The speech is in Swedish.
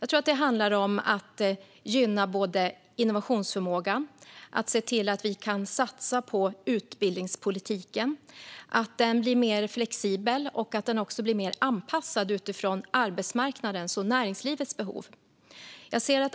Jag tror att det handlar både om att gynna innovationsförmåga och om att satsa på utbildningspolitiken så att den blir mer flexibel och mer anpassad utifrån arbetsmarknadens och näringslivets behov.